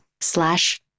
slash